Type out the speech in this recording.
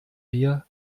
wir